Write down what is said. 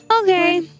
Okay